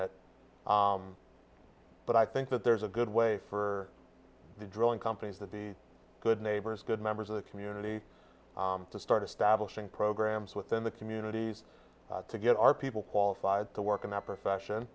it but i think that there's a good way for the drilling companies that the good neighbors good members of the community to start establishing programs within the communities to get our people qualified to work in that profession